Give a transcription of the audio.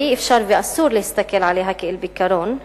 ואי-אפשר ואסור להסתכל עליה כעל פתרון,